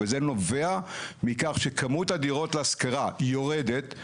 וזה נובע מכך שכמות הדירות להשכרה יורדת,